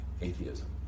atheism